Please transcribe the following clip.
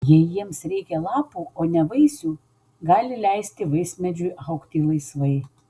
jei jiems reikia lapų o ne vaisių gali leisti vaismedžiui augti laisvai